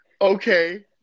Okay